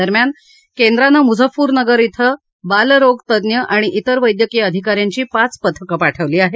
दरम्यान केंद्रानं मुझफ्फरनगर डिं बालरोगतज्ञ आणि तेर वैद्यकीय अधिका यांची पाच पथकं पाठवली आहेत